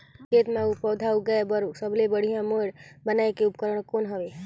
खेत मे पौधा उगाया बर सबले बढ़िया मेड़ बनाय के उपकरण कौन हवे?